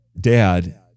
Dad